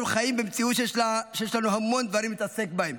אנחנו חיים במציאות שבה יש לנו המון דברים להתעסק בהם,